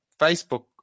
Facebook